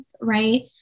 right